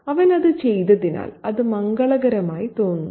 അവൻ അത് ചെയ്തതിനാൽ അത് മംഗളകരമായി തോന്നുന്നു